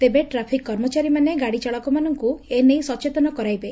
ତେବେ ଟ୍ରାଫିକ୍ କର୍ମଚାରୀମାନେ ଗାଡ଼ି ଚାଳକମାନଙ୍କୁ ଏ ନେଇ ସଚେତନ କରାଇବେ